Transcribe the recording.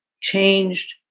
changed